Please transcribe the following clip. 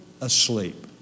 asleep